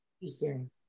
interesting